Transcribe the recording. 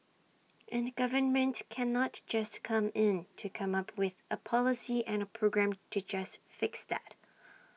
and governments cannot just come in to come up with A policy and A program to just fix that